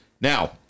Now